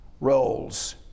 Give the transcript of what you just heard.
roles